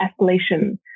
escalation